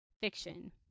fiction